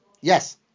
Yes